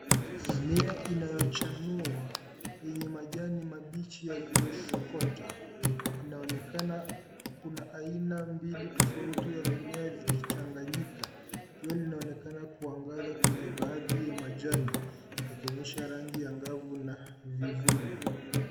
Mimea inayochanua yenye majani mabichi yaliyosokota. Inaonekana kuna haina mbili tofauti ya mimea zikichanganyika. Jua linaonekana kuangaza kwenye baadhi ya majani yakionyesha rangi angavu na vivuli.